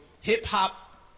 hip-hop